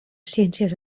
ciències